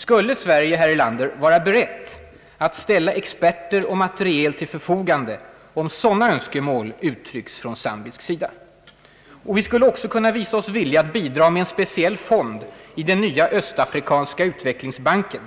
Skulle Sverige, herr Erlander, vara berett att ställa experter och materiel till förfogande, om sådana önskemål uttrycks från zambisk sida? Vi skulle också kunna visa oss villiga att bidraga med en speciell fond i den nya östafrikanska utvecklingsbanken,